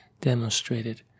demonstrated